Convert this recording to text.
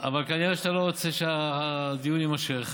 אבל אתה כנראה לא רוצה שהדיון יימשך.